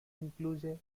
incluye